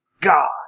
God